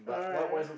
alright alright